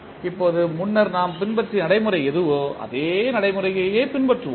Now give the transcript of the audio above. இப்போது முன்னர் நாம் பின்பற்றிய நடைமுறை எதுவோ அந்த நடைமுறையையே பயன்படுத்துவோம்